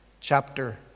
chapter